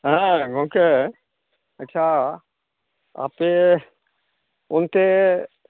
ᱦᱮᱸ ᱜᱚᱢᱠᱮ ᱟᱪᱪᱷᱟ ᱟᱯᱮ ᱚᱱᱛᱮ